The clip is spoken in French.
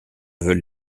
veulent